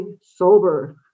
sober